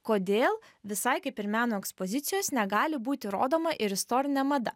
kodėl visai kaip ir meno ekspozicijos negali būti rodoma ir istorinė mada